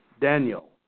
Daniel